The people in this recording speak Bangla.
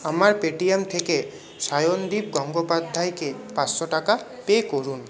আমার পেটিএম থেকে সায়নদীপ গঙ্গোপাধ্যায়কে পাঁচশো টাকা পে করুন